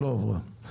לא עברה.